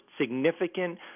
significant